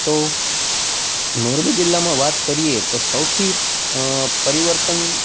તો મોરબી જિલ્લામાં વાત કરીએ તો સૌથી અં પરિવર્તન